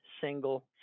single